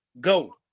Go